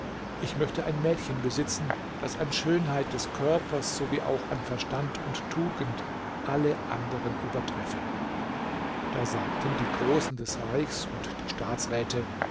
ich möchte ein mädchen besitzen das an schönheit des körpers sowie auch an verstand und tugend alle anderen übertreffe da sagten die großen des reichs und die